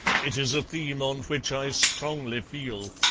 it is a theme on which i strongly feel.